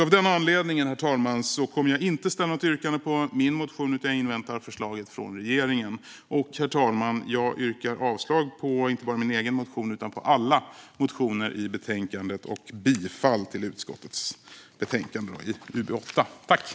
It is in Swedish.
Av denna anledning, herr talman, kommer jag inte att yrka bifall till min motion, utan jag inväntar förslaget från regeringen. Herr talman! Jag yrkar avslag på inte bara min egen motion utan på alla motioner i betänkandet och bifall till utskottets förslag i betänkandet.